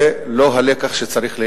זה לא הלקח שצריך להילמד.